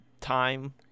time